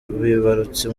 bibarutse